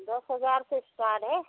दस हजार से इस्टाट है